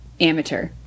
Amateur